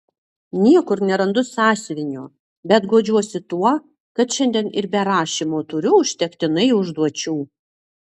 niekur nerandu sąsiuvinio bet guodžiuosi tuo kad šiandien ir be rašymo turiu užtektinai užduočių